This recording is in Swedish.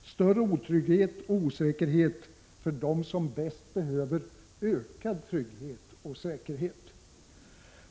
och större otrygghet och osäkerhet för dem som bäst behöver ökad trygghet och säkerhet.